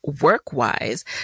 work-wise